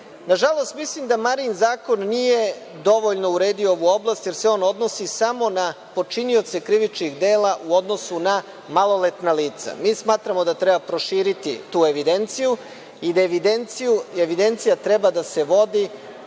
Na žalost, mislim da „Marijin zakon“ nije dovoljno uredio ovu oblast, jer se on odnosi samo na počinioce krivičnih dela u odnosu na maloletna lica. Mi smatramo da treba proširiti tu evidenciju i da evidencija treba da se vodi